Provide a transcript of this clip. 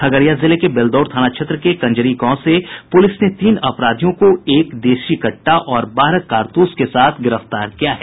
खगड़िया जिले के बेलदौर थाना क्षेत्र के कंजरी गांव से पुलिस ने तीन अपराधियों को एक देशी कट्टा और बारह कारतूस के साथ गिरफ्तार किया है